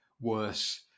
worse